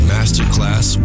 Masterclass